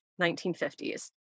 1950s